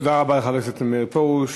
תודה רבה לחבר הכנסת מאיר פרוש.